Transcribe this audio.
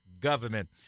government